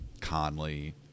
Conley